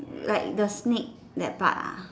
like the snake that part ah